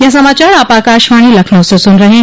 ब्रे क यह समाचार आप आकाशवाणी लखनऊ से सुन रहे हैं